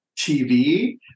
TV